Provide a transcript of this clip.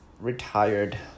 retired